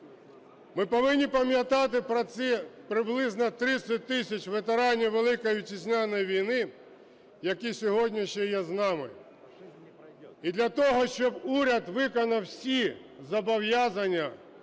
Ми повинні пам'ятати про ці приблизно 30 тисяч ветеранів Великої Вітчизняної війни, які сьогодні ще є з нами, і для того, щоб уряд виконав всі зобов'язання,